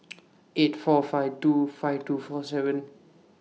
eight four five two five two four seven